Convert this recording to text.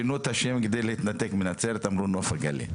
שינו את השם כדי להתנתק מנצרת, אמרו נוף הגליל.